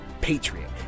patriot